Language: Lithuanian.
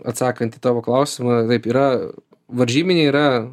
atsakant į tavo klausimą taip yra varžybiniai yra